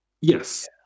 Yes